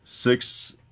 six